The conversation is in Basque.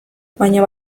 baina